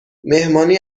مهمانی